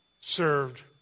served